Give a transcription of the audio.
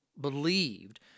believed